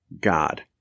God